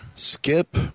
skip